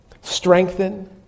strengthen